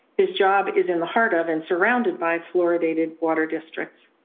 his job is in the heart of and surrounded by fluoridated water districts.